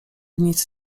nic